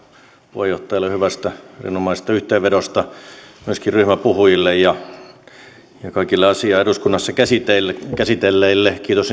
puheenjohtajalle hyvästä erinomaisesta yhteenvedosta myöskin ryhmäpuhujille ja kaikille asiaa eduskunnassa käsitelleille kiitos